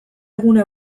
gune